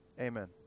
Amen